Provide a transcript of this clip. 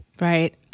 Right